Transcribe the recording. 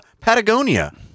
Patagonia